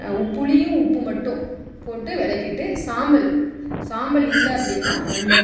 புளியும் உப்பும் மட்டும் போட்டு வெளக்கிட்டு சாம்பல் சாம்பல் இல்லை அப்படினால் மண்